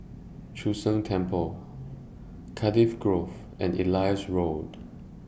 Chu Sheng Temple Cardiff Grove and Elias Road